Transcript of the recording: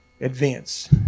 advance